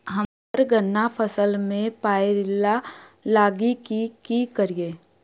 हम्मर गन्ना फसल मे पायरिल्ला लागि की करियै?